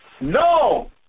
No